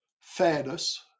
fairness